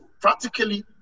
practically